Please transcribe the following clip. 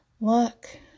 Look